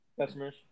customers